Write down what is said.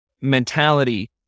mentality